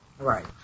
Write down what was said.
Right